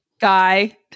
guy